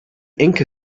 inca